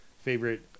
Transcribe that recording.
favorite